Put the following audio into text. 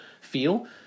feel